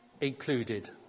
Included